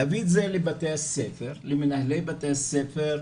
להביא את זה לבתי הספר, למנהלי בתי הספר,